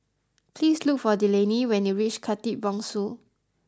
please look for Delaney when you reach Khatib Bongsu